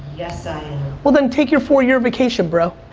yeah so well then take your four year vacation bro.